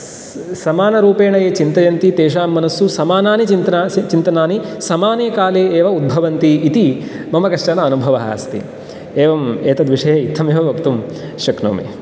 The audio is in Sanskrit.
समानरूपेण ये चिन्तयन्ति तेषां मनस्सु समानानि चिन्तनानि समाने काले एव उद्भवन्ति इति मम कश्चन अनुभवः अस्ति एवम् एतद्विषये इत्थमेव वक्तुं शक्नोमि